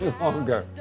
longer